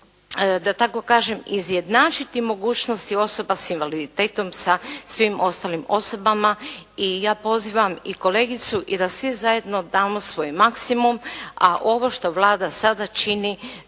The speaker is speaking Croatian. da tako kažem izjednačiti mogućnosti osoba sa invaliditetom sa svim ostalim osobama i ja pozivam i kolegicu i da svi zajedno damo svoj maksimum. A ovo što Vlada sada čini